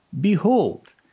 behold